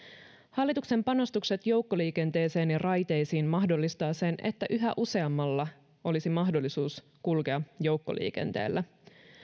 hallituksen panostukset joukkoliikenteeseen ja raiteisiin mahdollistavat sen että yhä useammalla olisi mahdollisuus kulkea joukkoliikenteellä